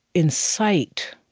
incite